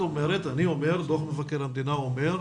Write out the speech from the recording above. את אומרת, אני אומר, דוח מבקר המדינה אומר,